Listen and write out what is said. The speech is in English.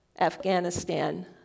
Afghanistan